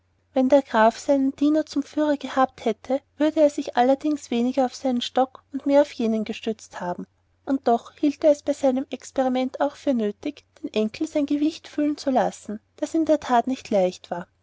wenn der graf seinen diener zum führer gehabt hätte würde er sich allerdings weniger auf seinen stock und mehr auf jenen gestützt haben und doch hielt er es bei seinem experiment auch für nötig den enkel sein gewicht fühlen zu lassen das in der that nicht leicht war